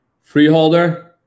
Freeholder